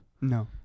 No